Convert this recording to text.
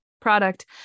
product